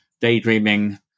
daydreaming